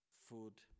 food